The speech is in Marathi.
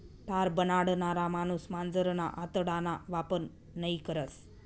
तार बनाडणारा माणूस मांजरना आतडाना वापर नयी करस